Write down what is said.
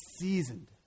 seasoned